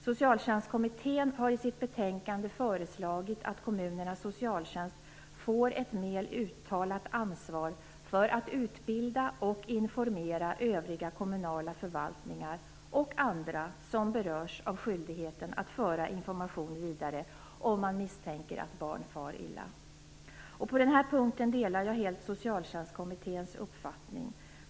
Socialtjänstkommmittén har i sitt betänkande föreslagit att kommunernas socialtjänst får ett mer uttalat ansvar för att utbilda och informera övriga kommunala förvaltningar och andra som berörs av skyldigheten att föra information vidare, om man misstänker att barn far illa. På den här punkten delar jag helt Socialtjänstkommitténs uppfattning.